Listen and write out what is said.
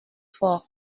fort